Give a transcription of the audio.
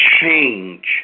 change